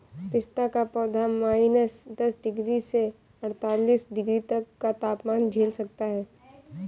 पिस्ता का पौधा माइनस दस डिग्री से अड़तालीस डिग्री तक का तापमान झेल सकता है